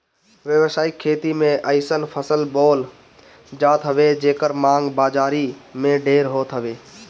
व्यावसायिक खेती में अइसन फसल बोअल जात हवे जेकर मांग बाजारी में ढेर होत हवे